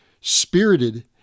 spirited